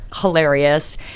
hilarious